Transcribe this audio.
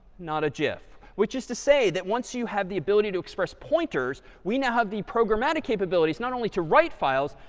not a gif, which is to say that once you have the ability to express pointers, we now have the programmatic capabilities, not only to write files,